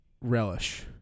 relish